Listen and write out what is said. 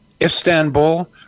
Istanbul